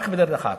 רק בדרך אחת: